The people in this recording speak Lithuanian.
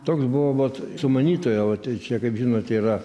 toks buvo vat sumanytojo čia kaip žinote yra